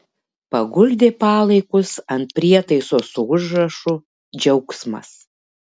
paguldė palaikus ant prietaiso su užrašu džiaugsmas